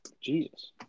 Jesus